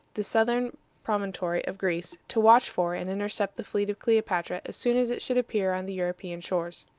the southern promontory of greece, to watch for and intercept the fleet of cleopatra as soon as it should appear on the european shores.